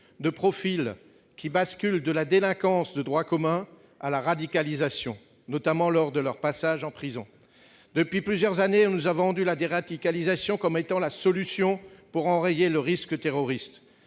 de profils qui basculent de la délinquance de droit commun à la radicalisation, notamment lors de leurs passages en prison. Depuis plusieurs années, on nous a vendu la déradicalisation comme étant la solution pour enrayer le risque terroriste.